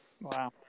wow